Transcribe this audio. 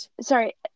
Sorry